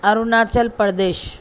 Arunachal Pradesh